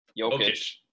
Jokic